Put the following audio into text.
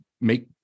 make